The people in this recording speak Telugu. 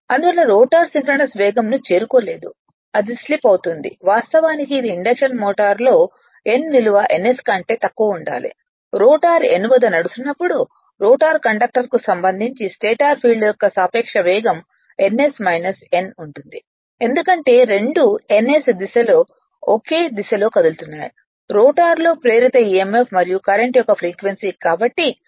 అందువల్ల రోటర్ సింక్రోనస్ వేగం ను చేరుకోలేదు అది స్లిప్ అవుతుంది వాస్తవానికి ఇది ఇండక్షన్ మోటారు లో n విలువ ns కంటే తక్కువ ఉండాలి రోటర్ n వద్ద నడుస్తున్నప్పుడు రోటర్ కండక్టర్కు సంబంధించి స్టేటర్ ఫీల్డ్ యొక్క సాపేక్ష వేగం ns n ఉంటుంది ఎందుకంటే రెండూ ns దిశలో ఒకే దిశలో కదులుతున్నాయి రోటర్లో ప్రేరేపిత emf మరియు కరెంట్ యొక్క ఫ్రీక్వెన్సీ కాబట్టి ఇది ns n 120 F2 P